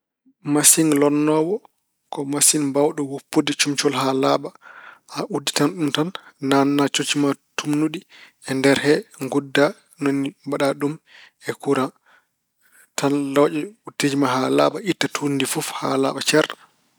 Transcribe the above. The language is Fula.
Masiŋ lonnoowo ko masiŋ baawɗo wuppude comcol haa laaɓa. A udditan ɗum tan naatna comci ma tuumnuɗi e nder he, ngudda. Ni woni mbaɗa ɗum e kuraŋ, tan lawƴa wutteeji ma haa laaɓa, itta tuundi ndi fof haa laaɓa cer.